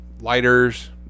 lighters